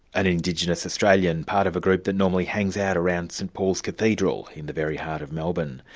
an indigenous australian, part of a group that normally hangs out around st paul's cathedral in the very heart of melbourne.